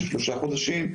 של שלושת החודשים,